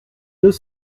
deux